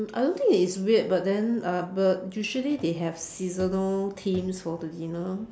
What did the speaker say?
I don't think it's weird but then uh but usually they have seasonal themes for the dinner